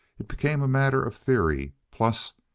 it became a matter of theory, plus,